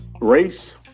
race